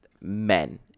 men